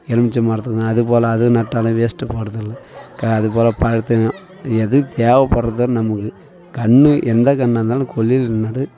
எலுமிச்சம் மரத்துக்கும் அதுபோல் அது நட்டாலும் வேஸ்ட்டு போகிறதில்ல க அதுபோல் பழத்தையும் எது தேவைப்பட்றதோ நமக்கு கன்று எந்தக் கன்றா இருந்தாலும் கொல்லையில் நடு